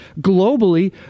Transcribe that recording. globally